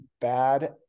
bad